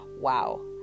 wow